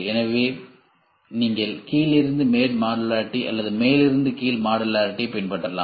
எனவே நீங்கள் கீழிருந்து மேல் மாடுலாரிடி அல்லது மேலிருந்து கீழ் மாடுலாரிடியை பின்பற்றலாம்